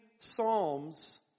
psalms